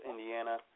Indiana